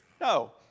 no